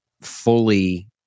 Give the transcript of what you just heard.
fully